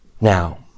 Now